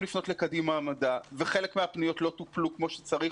לפנות לקדימה מדע כאשר חלק מהפניות לא טופלו כמו שצריך